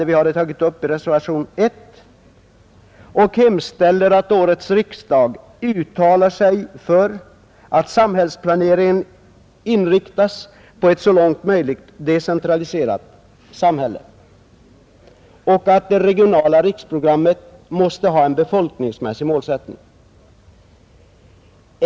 Vi centerreservanter hemställer att årets riksdag uttalar sig för att samhällsplaneringen inriktas på ett så långt som möjligt decentraliserat samhälle samt att den regionala rikspolitiken måste ha en befolkningsmässig målsättning.